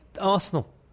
Arsenal